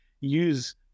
use